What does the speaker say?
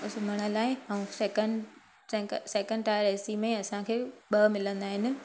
ऐं सुम्हण लाइ ऐं सैकन सैंक सैकन टायर ए सी में असांखे ॿ मिलंदा आहिनि